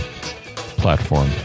platform